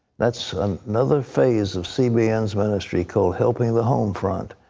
that's another phase of cbn's ministry called helping the homefront.